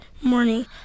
morning